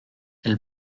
elle